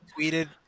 tweeted